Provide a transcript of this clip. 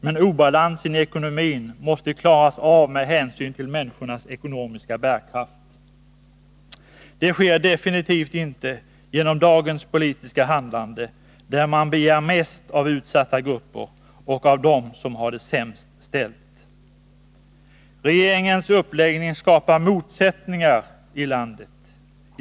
Men obalansen i ekonomin måste klaras av med hänsyn till människornas ekonomiska bärkraft. Det sker definitivt inte genom dagens politiska handlande, där man" begär mest av utsatta grupper och av dem som har det sämst ställt. Regeringens uppläggning skapar motsättningar i landet.